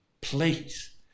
Please